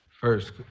first